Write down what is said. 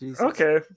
Okay